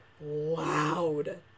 loud